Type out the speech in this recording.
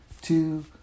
two